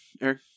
Eric